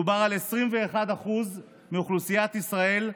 מדובר על 21% מאוכלוסיית ישראל,